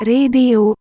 Radio